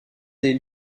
des